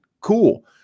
Cool